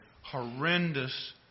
horrendous